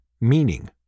meaning